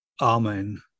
Amen